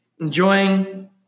Enjoying